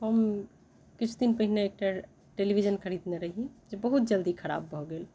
हम किछु दिन पहिने एकटा टेलिविजन खरीदने रही जे बहुत जल्दी खराब भऽ गेल